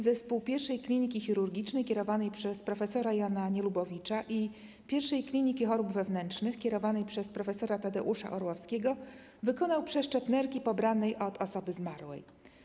Zespół I Kliniki Chirurgicznej kierowanej przez prof. Jana Nielubowicza i I Kliniki Chorób Wewnętrznych kierowanej przez prof. Tadeusza Orłowskiego wykonał przeszczep nerki pobranej od osoby zmarłej.